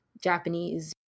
Japanese